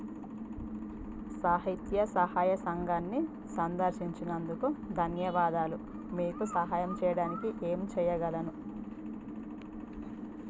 సాహిత్య సహాయ సంఘాన్ని సందర్శించినందుకు ధన్యవాదాలు మీకు సహాయం చేయడానికి ఏం చేయగలను